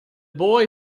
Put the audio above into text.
boy